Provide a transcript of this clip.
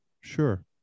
sure